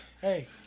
Hey